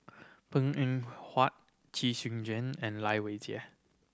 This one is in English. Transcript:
Png Eng Huat Chee Soon Juan and Lai Weijie